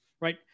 right